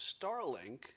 Starlink